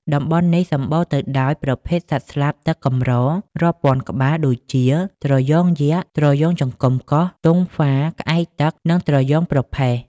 តំបន់នេះសម្បូរទៅដោយប្រភេទសត្វស្លាបទឹកកម្រ រាប់ពាន់ក្បាល ដូចជា ត្រយងយក្ស ត្រយងចង្កំកស ទង់ហ្វារ ក្អែកទឹក និងត្រយ៉ងប្រផេះ។